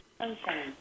Okay